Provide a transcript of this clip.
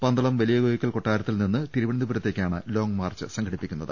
പന്തളം വലിയകോയിക്കൽ കൊട്ടാരത്തിൽ നിന്ന് തിരുവനന്തപുര ത്തേക്കാണ് ലോങ്ങ് മാർച്ച് സംഘടിപ്പിക്കുന്നത്